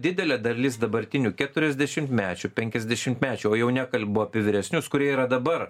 didelė dalis dabartinių keturiasdešimtmečių penkiasdešimtmečių o jau nekalbu apie vyresnius kurie yra dabar